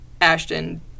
Ashton